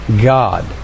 God